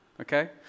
Okay